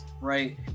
Right